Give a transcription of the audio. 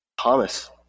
Thomas